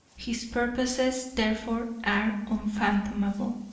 his purposes, therefore, are unfathomable.